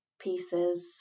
pieces